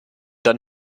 dann